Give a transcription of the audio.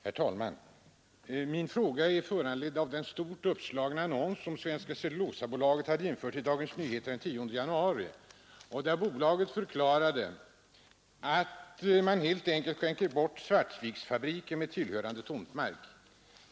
Herr talman! Min fråga är föranledd av den stort uppslagna annons som Svenska cellulosa AB hade infört i Dagens Nyheter den 10 januari och där bolaget förklarade att man helt enkelt skänker bort Svartviksfabriken med tillhörande tomtmark.